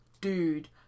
Dude